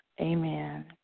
Amen